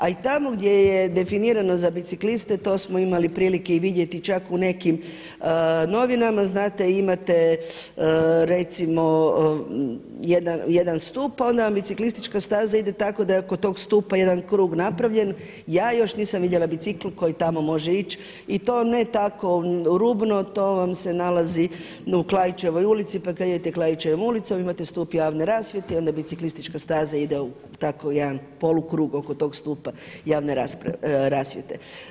A i tamo gdje je definirano za bicikliste, to smo imali prilike i vidjeti čak u nekim novinama, znate imate recimo jedan stup a onda vam biciklistička staza ide tako da je oko toga stupa jedan krug napravljen, ja još nisam vidjela bicikl koji tamo može ići i to ne tako rubno, to vam se nalazi u Klaićevoj ulici, pa kada idete klaićevom ulicom imate stup javne rasvjete i onda biciklistička staza ide u tako jedan polukrug oko tog stupa javne rasvjete.